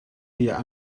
der